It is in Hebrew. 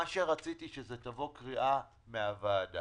מה שרציתי זה שתבוא קריאה מהוועדה